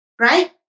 right